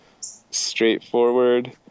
straightforward